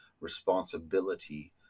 responsibility